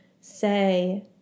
say